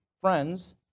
friends